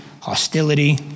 hostility